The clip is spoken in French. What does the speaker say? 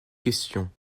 questions